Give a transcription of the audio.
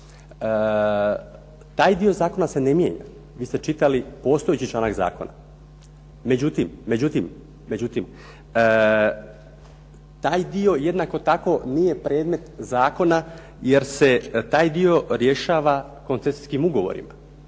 Taj dio zakona se ne mijenja. Vi ste čitali postojeći članak zakona. Međutim, taj dio jednako tako nije predmet zakona, jer se taj dio rješava koncesijskim ugovorima.